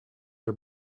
are